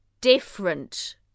different